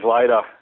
later